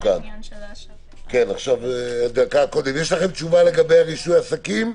יש לכם תשובה לגבי רישוי עסקים?